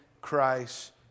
Christ